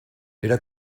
era